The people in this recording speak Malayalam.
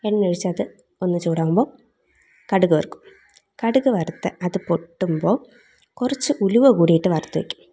എണ്ണയൊഴിച്ചത് ഒന്ന് ചൂടാകുമ്പോൾ കടുക് വറക്കും കടുക് വറുത്ത് അത് പൊട്ടുമ്പോൾ കുറച്ച് ഉലുവ കൂടിയിട്ട് വറുത്ത് വെക്കും